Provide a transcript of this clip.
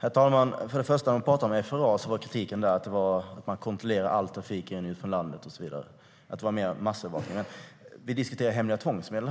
Herr talman! Kritiken mot FRA var att man kontrollerar all trafik, alltså mer en form av massövervakning. Men vi diskuterar hemliga tvångsmedel.